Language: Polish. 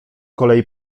kolei